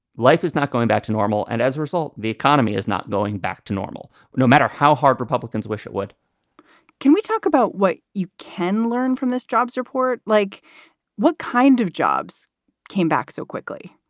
life is not going back to normal. and as a result, the economy is not going back to normal, no matter how hard republicans wish it would can we talk about what you can learn from this jobs report? like what kind of jobs came back so quickly?